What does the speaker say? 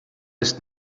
ist